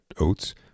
oats